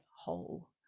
whole